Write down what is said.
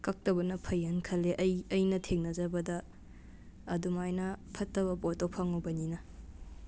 ꯀꯛꯇꯕꯅ ꯐꯩꯌꯦꯅ ꯈꯜꯂꯦ ꯑꯩ ꯑꯩꯅ ꯊꯦꯡꯅꯖꯕꯗ ꯑꯗꯨꯃꯥꯏꯅ ꯐꯠꯇꯕ ꯄꯣꯠꯇꯣ ꯐꯪꯉꯨꯕꯅꯤꯅ